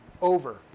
over